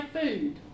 food